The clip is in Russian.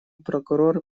прокурор